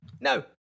No